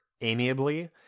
amiably